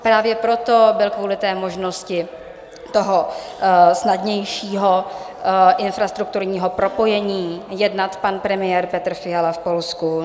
Právě proto kvůli možnosti toho snadnějšího infrastrukturního propojení jednal pan premiér Petr Fiala s Polskem.